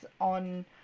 on